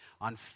on